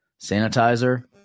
sanitizer